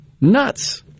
Nuts